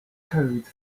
through